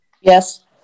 Yes